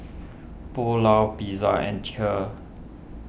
Pulao Pizza and Kheer